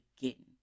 begin